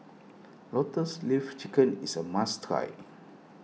Lotus Leaf Chicken is a must try